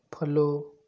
follow